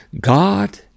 God